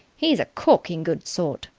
he's a corking good sort.